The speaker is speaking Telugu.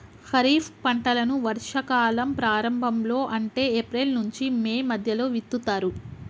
ఖరీఫ్ పంటలను వర్షా కాలం ప్రారంభం లో అంటే ఏప్రిల్ నుంచి మే మధ్యలో విత్తుతరు